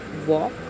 walk